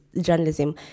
journalism